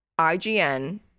ign